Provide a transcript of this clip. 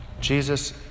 Jesus